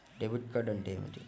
Debit card అంటే ఏమిటి?